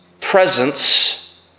presence